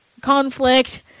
Conflict